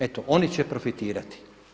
Eto oni će profitirati.